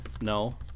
No